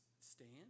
stand